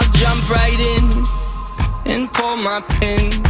jump right in and pull my pin,